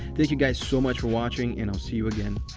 thank you guys so much for watching, and i'll see you again,